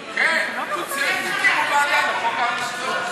כן, תקימו ועדה לחוק ההמלצות.